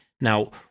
Now